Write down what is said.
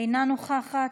אינה נוכחת,